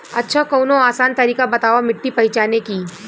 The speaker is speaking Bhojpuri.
अच्छा कवनो आसान तरीका बतावा मिट्टी पहचाने की?